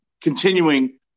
continuing